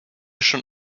schon